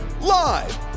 Live